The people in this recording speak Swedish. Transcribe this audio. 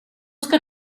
ska